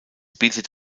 bietet